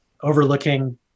overlooking